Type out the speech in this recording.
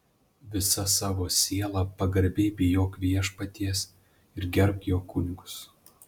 visa savo siela pagarbiai bijok viešpaties ir gerbk jo kunigus